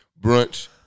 brunch